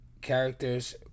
Characters